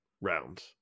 round